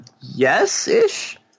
Yes-ish